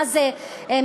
מה זה מזרח?